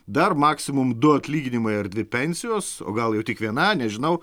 dar maksimum du atlyginimai ar dvi pensijos o gal jau tik viena nežinau